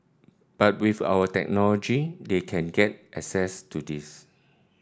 but with our technology they can get access to this